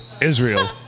Israel